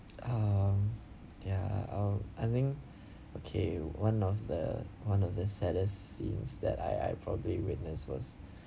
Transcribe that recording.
um ya uh I think okay one of the one of the saddest scenes that I I probably witness was